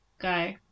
go